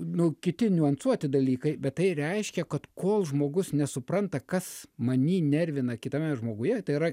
nu kiti niuansuoti dalykai bet tai reiškia kad kol žmogus nesupranta kas many nervina kitame žmoguje tai yra